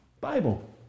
Bible